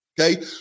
Okay